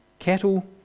cattle